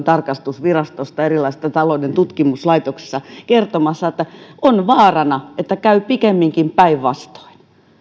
tarkastusvirastosta erilaisista talouden tutkimuslaitoksista kertomassa että on vaarana että käy pikemminkin päinvastoin